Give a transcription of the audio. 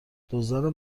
دزدان